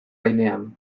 gainean